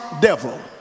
devil